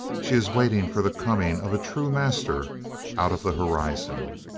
she is waiting for the coming of a true master out of the horizon!